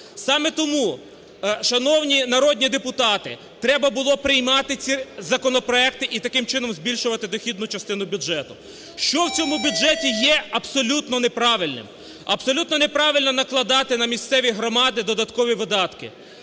Саме тому, шановні народні депутати, треба було приймати ці законопроекти і таким чином збільшувати дохідну частину бюджету. Що в цьому бюджеті є абсолютно неправильним. Абсолютно неправильно накладати на місцеві громади додаткові видатки.